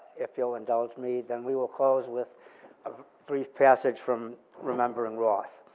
if you'll indulge me, then we will close with a brief passage from remembering roth.